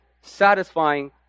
satisfying